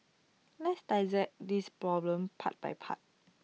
let's dissect this problem part by part